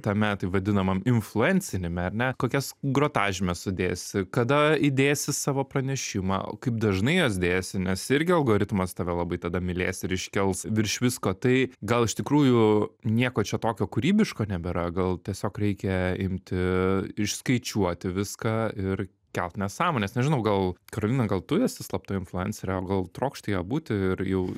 tame taip vadinamam influencinime ar ne kokias grotažymes sudėsi kada įdėsi savo pranešimą kaip dažnai juos dėsi nes irgi algoritmas tave labai tada mylės ir iškels virš visko tai gal iš tikrųjų nieko čia tokio kūrybiško nebėra gal tiesiog reikia imti išskaičiuoti viską ir kelt nesąmones nežinau gal karolina gal tu esi slapta influencerė o gal trokšti ja būti ir jau